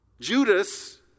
Judas